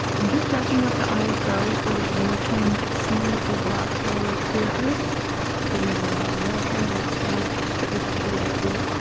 i'm just jacking up the iso ah so so that you can see the black area clearer so yeah, i'm not trying to like look a different shade out here.